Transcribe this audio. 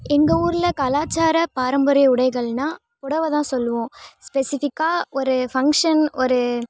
எங்கள் ஊரில் கலாச்சார பாரம்பரிய உடைகள்னால் பொடவை தான் சொல்லுவோம் ஸ்பெசிஃபிக்காக ஒரு ஃபங்க்ஷன் ஒரு